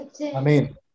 Amen